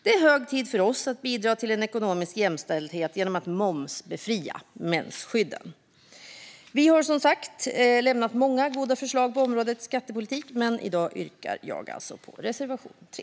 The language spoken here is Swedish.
Det är hög tid för oss att bidra till ekonomisk jämställdhet genom att momsbefria mensskydden. Vi har som sagt lämnat många goda förslag på området skattepolitik, men i dag yrkar jag alltså bifall till reservation 3.